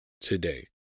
today